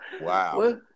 Wow